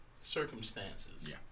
circumstances